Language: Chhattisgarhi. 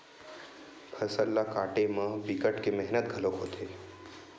फसल ल काटे म बिकट के मेहनत घलोक होथे